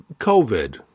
covid